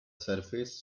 surface